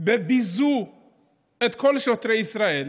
וביזו את כל שוטרי ישראל,